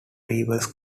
rebels